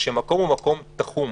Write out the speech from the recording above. כשמקום הוא מקום תחום,